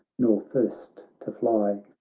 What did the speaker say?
nor first to fly,